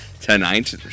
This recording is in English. tonight